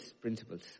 principles